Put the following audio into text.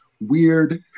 weird